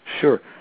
Sure